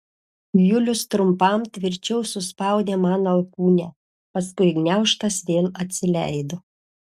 julius trumpam tvirčiau suspaudė man alkūnę paskui gniaužtas vėl atsileido